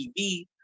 TV